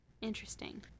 Interesting